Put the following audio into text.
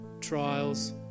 trials